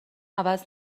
عوض